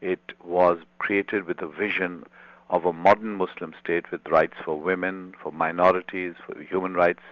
it was created with the vision of a modern muslim state with rights for women, for minorities, for human rights